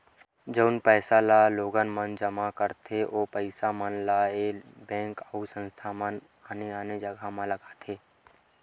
जउन पइसा ल लोगन मन जमा करथे ओ पइसा मन ल ऐ बेंक अउ संस्था मन आने आने जघा म लगाथे